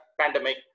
pandemic